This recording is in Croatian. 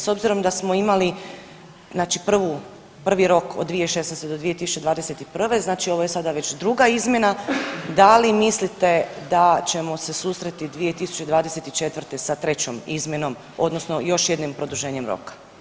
S obzirom da smo imali znači prvi rok od 2016.-2021. znači ovo je sada već druga izmjena, da li mislite da ćemo se susresti 2024. sa trećom izmjenom odnosno još jednim produženjem roka?